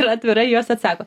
ir atvirai juos atsako